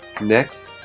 Next